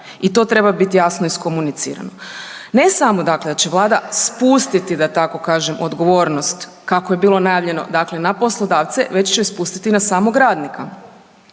i to treba bit jasno iskomunicirano. Ne samo dakle da će Vlada spustiti da tako kažem odgovornost kako je bilo najavljeno, dakle na poslodavce, već se spustiti na samog radnika.